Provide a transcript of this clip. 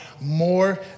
more